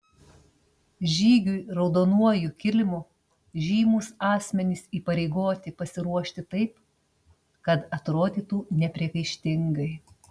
žygiui raudonuoju kilimu žymūs asmenys įpareigoti pasiruošti taip kad atrodytų nepriekaištingai